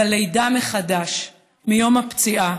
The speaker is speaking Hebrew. בלידה מחדש מיום הפציעה,